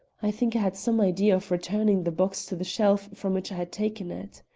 i think i had some idea of returning the box to the shelf from which i had taken it.